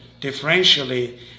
differentially